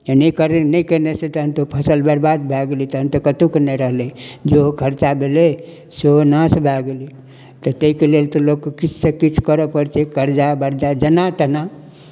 आ नहि करबै नहि कयनेसँ तखन तऽ ओ फसल बरबाद भए गेलै तखन तऽ कतहुके नहि रहलै जेहो खर्चा भेलै सेहो नाश भए गेलै तऽ ताहिके लेल तऽ लोकके किछुसँ किछु करय पड़ै छै कर्जा वर्जा जेना तेना